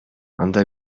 анда